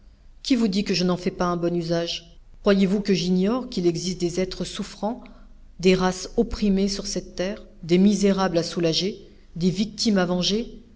qui vous dit que je n'en fais pas un bon usage croyez-vous que j'ignore qu'il existe des êtres souffrants des races opprimées sur cette terre des misérables à soulager des victimes à venger